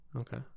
Okay